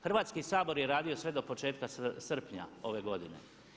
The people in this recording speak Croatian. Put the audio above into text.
Hrvatski sabor je radio sve do početka srpnja ove godine.